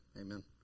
amen